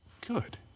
good